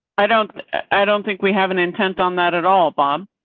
i don't, i don't think we have an intent on that at all but um